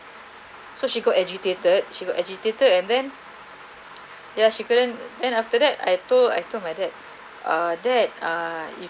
so she got agitated she got agitated and then ya she couldn't then after that I told I told my dad uh dad uh